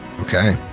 Okay